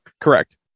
Correct